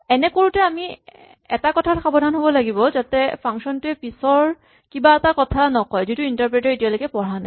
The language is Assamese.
এনে কৰোতে আমি এটা কথাত সাৱধান হ'ব লাগে যাতে ফাংচন টোৱে পিছৰ কিবা এটাৰ কথা নকয় যিটো ইন্টাৰপ্ৰেটাৰ এ এতিয়ালৈকে পঢ়া নাই